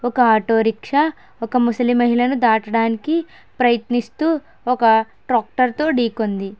ఒక auto rickshaw ఒక ముసలి మహిళను దాటడానికి ప్రయత్నిస్తూ ఒక ట్రాక్టరుతో ఢీకొంది